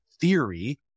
theory